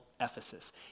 Ephesus